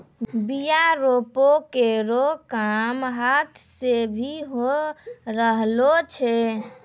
बीया रोपै केरो काम हाथ सें भी होय रहलो छै